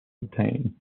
obtain